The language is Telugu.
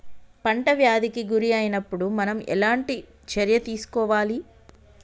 పంట వ్యాధి కి గురి అయినపుడు మనం ఎలాంటి చర్య తీసుకోవాలి?